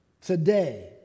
Today